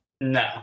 No